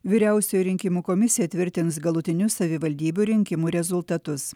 vyriausioji rinkimų komisija tvirtins galutinius savivaldybių rinkimų rezultatus